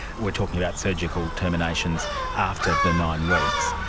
we are talking about surgical terminations after the nine weeks.